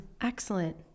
Excellent